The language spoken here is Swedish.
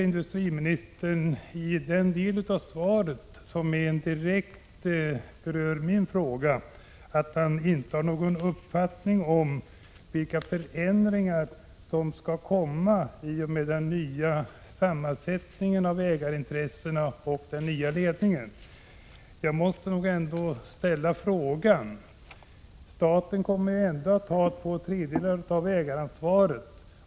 Industriministern säger i den del av svaret som direkt berör min fråga att han inte har någon uppfattning om vilka förändringar som skulle komma i och med den nya sammansättningen av ägarintressena och den nya ledningen. Staten kommer ändå att ha två tredjedelar av ägaransvaret.